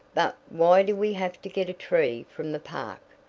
but why do we have to get a tree from the park?